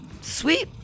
Sweet